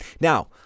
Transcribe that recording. Now